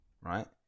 right